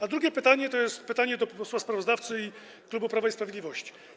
A drugie pytanie to jest pytanie do posła sprawozdawcy i klubu Prawa i Sprawiedliwości.